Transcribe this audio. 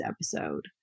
episode